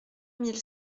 mille